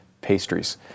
pastries